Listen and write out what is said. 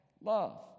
Love